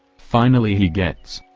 finally he gets.